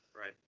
Right